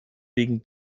wegen